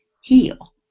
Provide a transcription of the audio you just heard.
heal